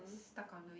stuck onto it